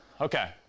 Okay